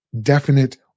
definite